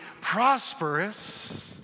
prosperous